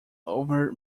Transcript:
over